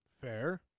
Fair